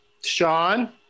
Sean